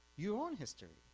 your own history,